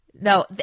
No